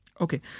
Okay